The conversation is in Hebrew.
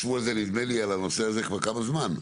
ישבו על זה, נדמה לי, על הנושא הזה כבר כמה זמן.